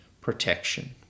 protection